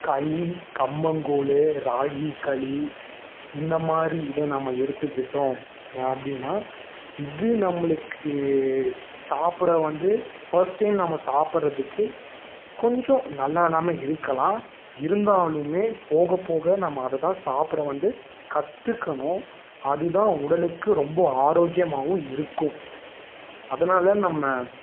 களி கம்மங்கூழ் ராகி களி இந்த மாதிரி இதை நம்ம எடுத்துக்கிட்டோம் நான் அப்படின்னா இது நம்மளுக்கு சாப்பிட வந்து ஃபஸ்ட் டைம் நம்ம சாப்புடுறத்துக்கு கொஞ்சம் நல்லால்லாம இருக்கலாம் இருந்தாலுமே போகப் போக நம்ம அதை தான் சாப்பிட வந்து கற்றுக்கணும் அது தான் உடலுக்கு ரொம்ப ஆரோக்கியமாவும் இருக்கும் அதனால் நம்ம